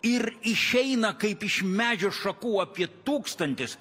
ir išeina kaip iš medžio šakų apie tūkstantis